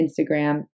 Instagram